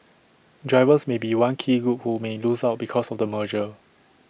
drivers may be one key group who may lose out because of the merger